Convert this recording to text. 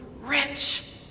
rich